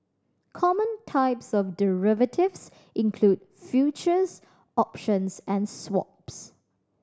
common types of derivatives include futures options and swaps